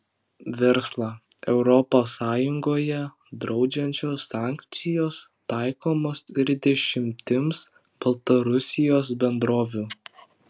verslą europos sąjungoje draudžiančios sankcijos taikomos ir dešimtims baltarusijos bendrovių